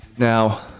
Now